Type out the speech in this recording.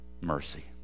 mercy